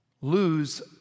Lose